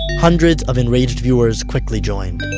hundreds of enraged viewers quickly joined